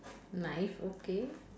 knife okay